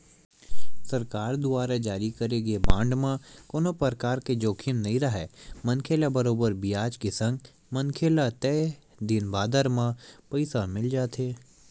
सरकार दुवार जारी करे गे बांड म कोनो परकार के जोखिम नइ राहय मनखे ल बरोबर बियाज के संग मनखे ल तय दिन बादर म पइसा मिल जाथे